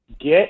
Get